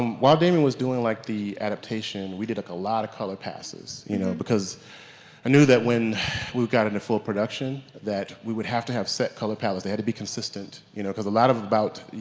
while damian was doing like the adaptation we did like a lot of color passes, you know, because i knew that when we got into full production that we would have to have set color palettes, they had to be consistent. you know, because a lot of about, you